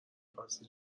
فصل